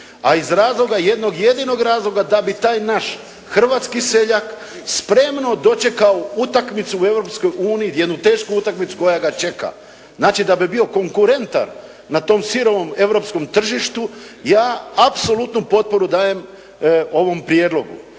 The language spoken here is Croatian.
a iz razloga jednog, jednog jedinog razloga da bi taj naš hrvatski seljak spremno dočekao utakmicu u Europskoj uniji, jednu tešku utakmicu koja ga čeka. Znači, da bi bio konkurentan na tom sirovom europskom tržištu, ja apsolutnu potporu dajem ovom prijedlogu